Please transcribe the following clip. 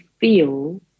feel